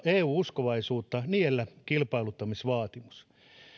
eu uskovaisuutta niellä kilpailuttamisvaatimus